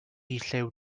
llew